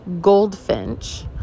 goldfinch